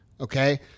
okay